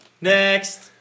Next